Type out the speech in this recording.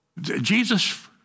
Jesus